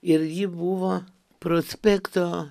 ir ji buvo prospekto